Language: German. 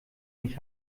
mich